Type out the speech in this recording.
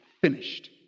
finished